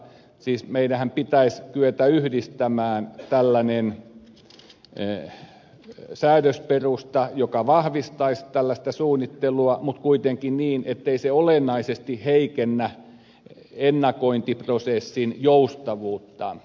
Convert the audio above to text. siis meidänhän pitäisi kyetä yhdistämään tällainen säädösperusta joka vahvistaisi tällaista suunnittelua mutta kuitenkin niin ettei se olennaisesti heikennä ennakointiprosessin joustavuutta